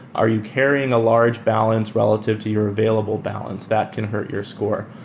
are you carrying a large balance relative to your available balance? that can hurt your score.